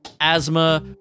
asthma